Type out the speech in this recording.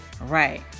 right